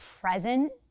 present